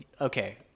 okay